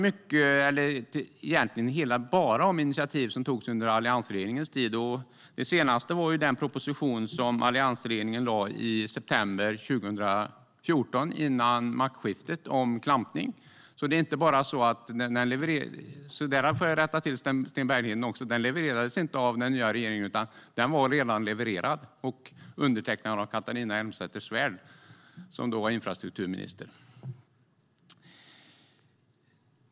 Det handlar egentligen bara om initiativ som togs under alliansregeringens tid. Det senaste var den proposition som alliansregeringen lade fram i september 2014, före maktskiftet, om klampning. Där får jag rätta Sten Bergheden. Den levererades alltså inte av den nya regeringen, utan den var redan levererad och undertecknad av Catharina Elmsäter-Svärd som då var infrastrukturminister.